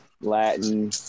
Latin